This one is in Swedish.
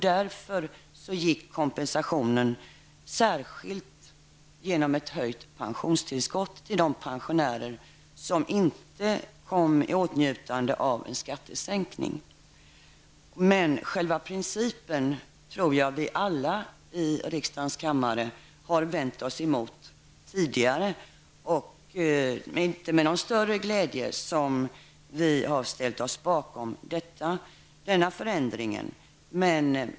Därför gick kompensationen -- genom ett höjt pensionstillskott -- särskilt till de pensionärer som inte kom i åtnjutande av en skattesänkning. Själva principen har vi nog alla i riksdagens kammare vänt oss emot tidigare. Det är inte med någon större glädje som vi har ställt oss bakom denna förändring.